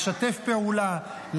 לשתף פעולה,